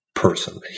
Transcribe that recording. person